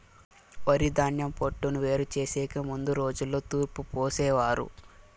వరిధాన్యం పొట్టును వేరు చేసెకి ముందు రోజుల్లో తూర్పు పోసేవారు